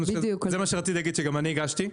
זה מה שרציתי להגיד שגם אני הגשתי.